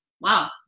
wow